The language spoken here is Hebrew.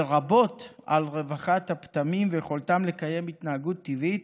לרבות על רווחת הפטמים ויכולתם לקיים התנהגות טבעית,